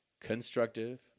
constructive